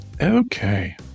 Okay